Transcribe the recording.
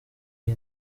iyi